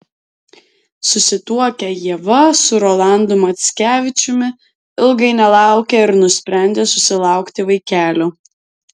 susituokę ieva su rolandu mackevičiumi ilgai nelaukė ir nusprendė susilaukti vaikelio